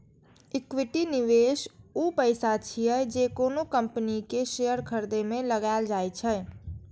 equity निवेश ऊ पैसा छियै, जे कोनो कंपनी के शेयर खरीदे मे लगाएल जाइ छै